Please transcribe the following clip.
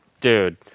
Dude